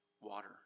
water